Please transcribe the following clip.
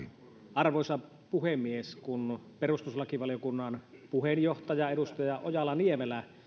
arvoisa puhemies kun perustuslakivaliokunnan puheenjohtaja edustaja ojala niemelä